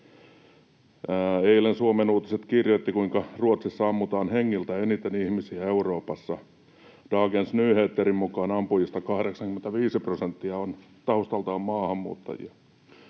Eilen Suomen Uutiset kirjoitti, kuinka Ruotsissa ammutaan hengiltä eniten ihmisiä Euroopassa. Dagens Nyheterin mukaan ampujista 85 prosenttia on taustaltaan maahanmuuttajia.